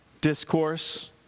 discourse